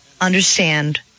understand